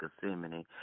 Gethsemane